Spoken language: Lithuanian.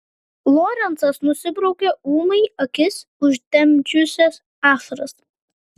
lorencas nusibraukė ūmai akis užtemdžiusias ašaras